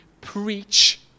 preach